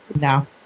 No